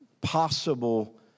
possible